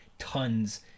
tons